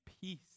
peace